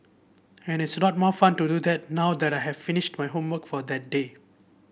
and it's a lot more fun to do that now that I have finished my homework for that day